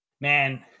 man